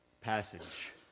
passage